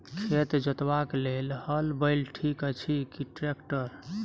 खेत जोतबाक लेल हल बैल ठीक अछि की ट्रैक्टर?